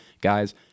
Guys